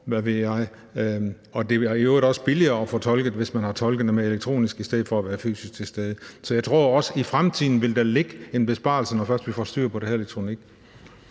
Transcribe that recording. Det er i øvrigt også billigere at få tolket, hvis man har tolkene med elektronisk, i stedet for at de er fysisk til stede. Så jeg tror også, at der i fremtiden vil ligge en besparelse, når først vi får styr på det her elektronik.